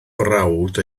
brawd